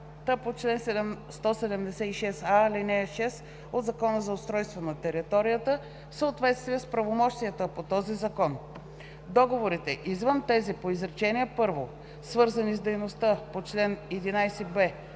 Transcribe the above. по чл. 176а, ал. 6 от Закона за устройство на територията, в съответствие с правомощията по този закон. Договорите извън тези по изречение първо, свързани с дейността по чл. 11б,